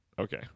Okay